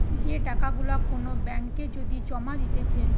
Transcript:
যে টাকা গুলা কোন ব্যাঙ্ক এ যদি জমা দিতেছে